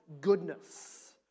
goodness